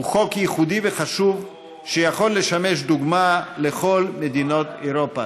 הוא חוק ייחודי וחשוב שיכול לשמש דוגמה לכל מדינות אירופה.